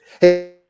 Hey